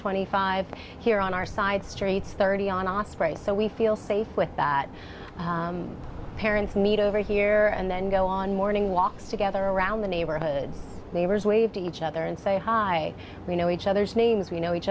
twenty five here on our side streets thirty on ospreys so we feel safe with parents need over here and then go on morning walks together around the neighborhood neighbors wave to each other and say hi we know each other's names we know each